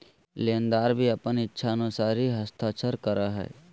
लेनदार भी अपन इच्छानुसार ही हस्ताक्षर करा हइ